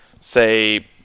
say